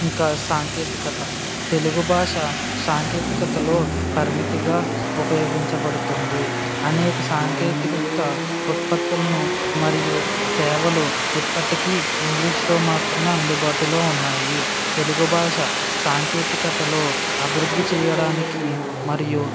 ఇంకా సాంకేతికత తెలుగు భాష సాంకేతికతలో పరిమితిగా ఉపయోగించబడుతుంది అనేక సాంకేతికత ఉత్పత్తులను మరియు సేవలు ఇప్పటికీ ఇంగ్లీషు లో మాత్రమే అందుబాటులో ఉన్నాయి తెలుగు భాష సాంకేతికతలో అభివృద్ధి చేయడానికి మరియు